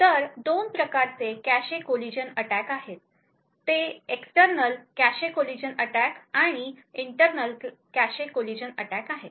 तर दोन प्रकारचे कॅशे कोलीजन अटॅकआहेत ते एक्स्टर्नल कॅशे कोलीजन अटॅक आणि इंटरनल कॅशे कोलीजन अटॅक आहेत